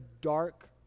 dark